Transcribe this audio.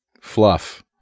fluff